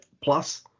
plus